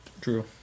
True